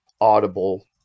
audible